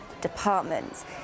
Departments